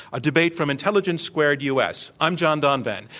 a debate from intelligence squared u. s. i'm john donvan.